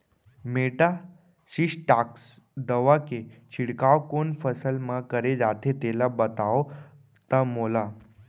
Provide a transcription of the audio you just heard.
Metasystox दवा के छिड़काव कोन फसल म करे जाथे तेला बताओ त मोला?